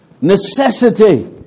Necessity